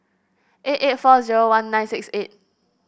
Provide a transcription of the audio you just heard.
eight eight four zero one nine six eight